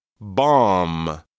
Bomb